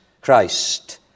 Christ